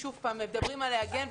מדברים על להגן,